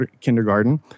kindergarten